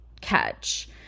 catch